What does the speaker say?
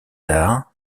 arts